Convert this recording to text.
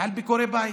ועל ביקורי בית.